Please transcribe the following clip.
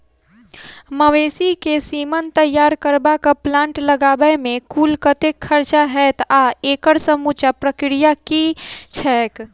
मवेसी केँ सीमन तैयार करबाक प्लांट लगाबै मे कुल कतेक खर्चा हएत आ एकड़ समूचा प्रक्रिया की छैक?